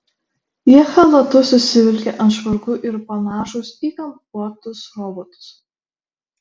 jie chalatus užsivilkę ant švarkų ir panašūs į kampuotus robotus